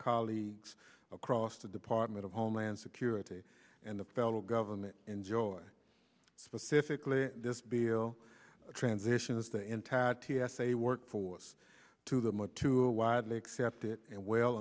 colleagues across the department of homeland security and the federal government enjoy specifically this bill transitions the entire t s a workforce to them or to a widely accepted and well